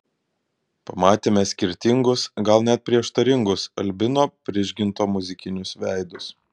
pamatėme skirtingus gal net prieštaringus albino prižginto muzikinius veidus